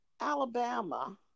Alabama